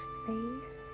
safe